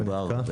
זה דובר.